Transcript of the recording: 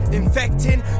infecting